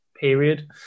period